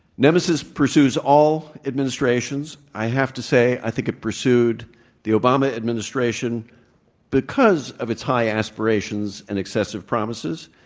nemesis pursues all administrations. i have to say i think it pursued the obama administration because of its high aspirations and excessive promises,